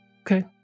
Okay